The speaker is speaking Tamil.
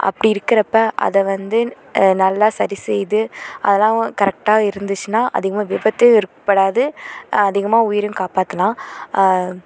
அப்படி இருக்கிறப்ப அதை வந்து நல்லா சரி செய்து அதல்லாம் கரெக்டாக இருந்துச்சுன்னா அதிகமாக விபத்து ஏற்படாது அதிகமாக உயிரையும் காப்பாற்றலாம்